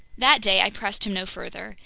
that day i pressed him no further.